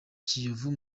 kiyovu